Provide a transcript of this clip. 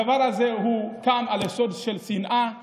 הדבר הזה קם על יסוד של שנאה,